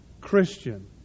Christian